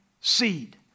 seed